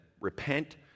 Repent